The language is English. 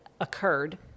occurred